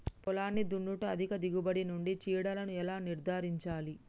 పొలాన్ని దున్నుట అధిక దిగుబడి నుండి చీడలను ఎలా నిర్ధారించాలి?